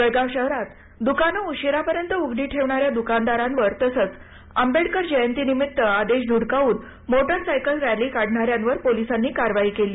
जळगाव शहरात दुकानं उशीरापर्यंत उघडी ठेवणाऱ्या दुकानदारांवर तसंच आंबेडकर जयंती निमित्त आदेश धूडकावून मोटरसायकल रॅली काढणाऱ्यांवर पोलिसांनी कारवाई केली